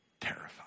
terrified